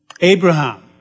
Abraham